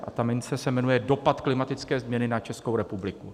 A ta mince se jmenuje dopad klimatické změny na Českou republiku.